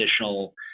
additional